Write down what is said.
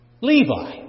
Levi